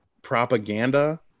propaganda